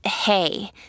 hey